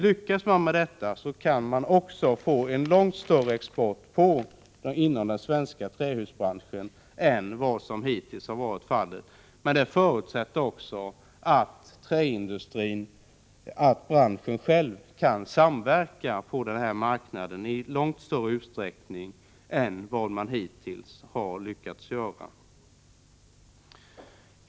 Lyckas man med detta, kan man också få en långt större export inom den svenska trähusbranschen än vad som hittills har varit fallet. Detta förutsätter också att branschen själv kan samverka på den här marknaden ilångt större utsträckning än vad man hittills har lyckats göra.